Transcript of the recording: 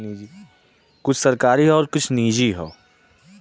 कुछ सरकारी हौ आउर कुछ निजी हौ